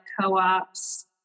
co-ops